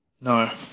No